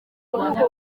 rwanda